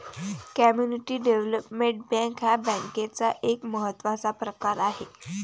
community development bank हा बँकेचा एक महत्त्वाचा प्रकार आहे